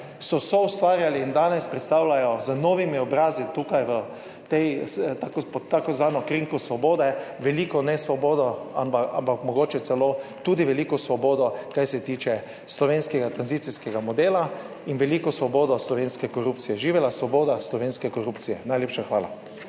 so soustvarjali in danes predstavljajo z novimi obrazi tukaj v tej pod tako imenovano krinko svobode veliko ne svobodo, ampak mogoče celo tudi veliko svobodo, kar se tiče slovenskega tranzicijskega modela in veliko svobodo slovenske korupcije. Živela svoboda slovenske korupcije. Najlepša hvala.